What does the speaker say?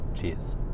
Cheers